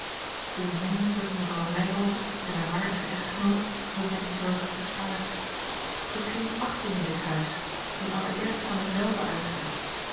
de beminlijke mevrouw ryhove en haar waardige echtgenoot hebben mij die zorg bespaard ik geniet achting in dit huis die allereerst van hen zelven uitgaat